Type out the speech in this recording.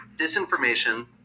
disinformation